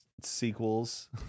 Sequels